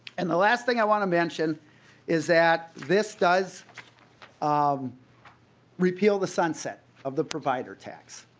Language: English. and the last thing i want to mention is that this does um repeal the sunset of the provider tax.